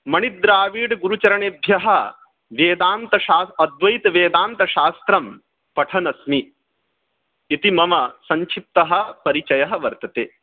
मणिद्रावीडगुरुचरणेभ्यः वेदान्तशा अद्वैतवेदान्तशास्त्रं पठन् अस्मि इति मम संक्षिप्तः परिचयः वर्तते